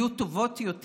יהיו טובות יותר